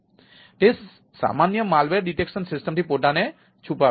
તે સામાન્ય malware detection સિસ્ટમથી પોતાને છુપાવે છે